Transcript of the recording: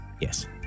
Yes